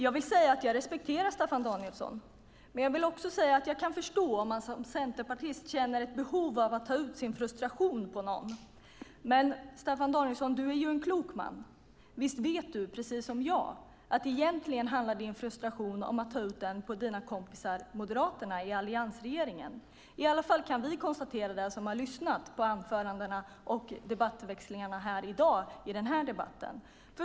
Jag respekterar Staffan Danielsson. Jag kan också förstå om man som centerpartist känner ett behov av att ta ut sin frustration på någon. Men du är en klok man, Staffan Danielsson. Visst vet du precis som jag att din frustration egentligen handlar om att ta ut den på dina kompisar Moderaterna i alliansregeringen! Det kan i alla fall vi som har lyssnat på anförandena och replikskiftena i debatten i dag konstatera.